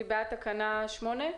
מי בעד תקנה 8?